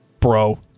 Bro